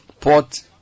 port